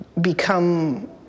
become